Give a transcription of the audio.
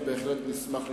אז בהחלט נשמח לשמוע.